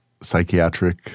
psychiatric